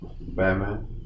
Batman